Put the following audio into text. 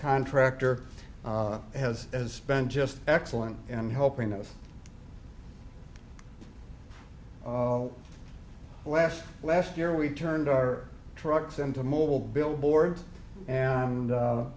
contractor has as spent just excellent in helping us last last year we turned our trucks into mobile billboards and